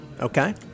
Okay